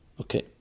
Okay